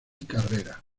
carrera